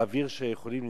באוויר שיכולים לנסוע?